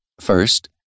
First